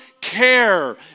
care